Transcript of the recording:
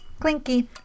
Clinky